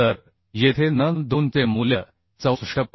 तर येथे n2 चे मूल्य 64